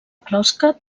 closca